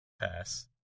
Pass